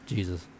Jesus